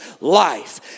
life